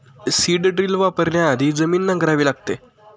seed drill वापरण्याआधी जमीन नांगरावी लागते